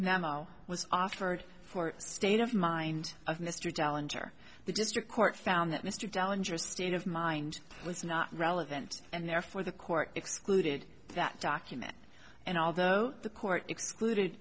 now was offered for state of mind of mr talent or the district court found that mr belin just state of mind was not relevant and therefore the court excluded that document and although the court excluded